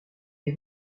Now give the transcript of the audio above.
est